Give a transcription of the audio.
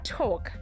talk